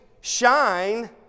shine